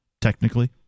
Technically